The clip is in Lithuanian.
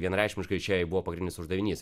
vienareikšmiškai čia jai buvo pagrindinis uždavinys